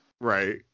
Right